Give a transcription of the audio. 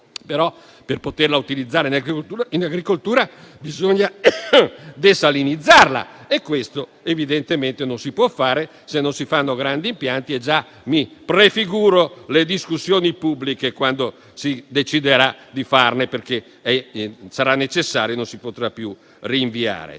per poterla utilizzare in agricoltura bisogna desalinizzarla. Ma questo evidentemente non si può fare se non si costruiscono grandi impianti, e già mi prefiguro le discussioni pubbliche quando si deciderà di farne, perché sarà necessario e non si potrà più rinviare.